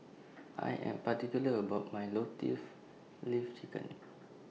I Am particular about My Leaf Chicken